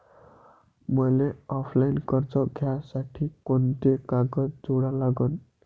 मले ऑफलाईन कर्ज घ्यासाठी कोंते कागद जोडा लागन?